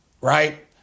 right